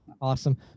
Awesome